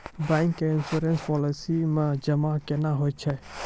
Bank के insurance policy मे जमा केना होय छै?